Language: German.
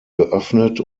geöffnet